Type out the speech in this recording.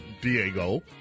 Diego